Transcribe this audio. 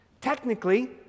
Technically